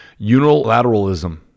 unilateralism